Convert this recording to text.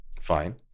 Fine